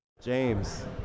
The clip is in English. james